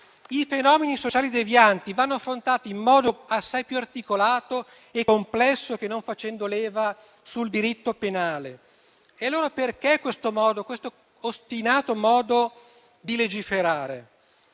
I fenomeni sociali devianti vanno affrontati in modo assai più articolato e complesso che non facendo leva sul diritto penale. Perché questo ostinato modo di legiferare?